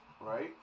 right